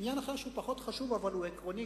עניין אחר שהוא פחות חשוב אבל גם הוא עקרוני,